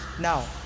Now